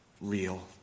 real